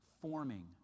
forming